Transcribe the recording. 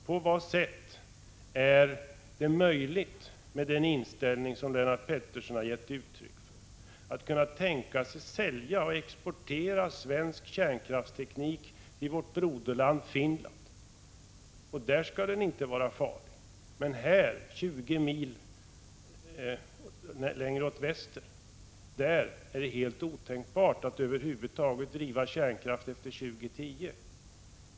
På vad sätt är det möjligt, med den inställning som Lennart Pettersson har gett uttryck för, att kunna tänka sig att sälja och exportera svensk kärnkraftsteknik till vårt broderland Finland? Där skall den alltså inte vara farlig. Men här — 20 mil längre åt väster — är det helt otänkbart att över huvud taget driva kärnkraftverk efter år 2010.